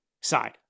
side